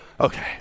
Okay